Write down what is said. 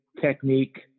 technique